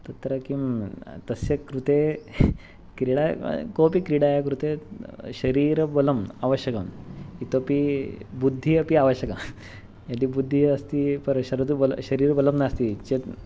तत्र किं तस्य कृते क्रीडा कोऽपि क्रीडाया कृते शरीरबलम् आवश्यकम् इतोऽपि बुद्धिः अपि आवश्यकं यदि बुद्धिः अस्ति परं शरीरबलं शरीरबलं नास्ति चेत्